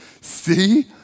see